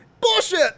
Bullshit